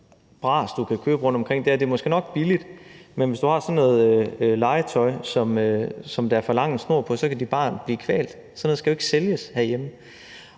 bras, du kan købe rundtomkring, er, at det måske nok er billigt, men hvis du har sådan noget legetøj, som der er for lang en snor på, så kan dit barn blive kvalt. Sådan noget skal jo ikke sælges herhjemme.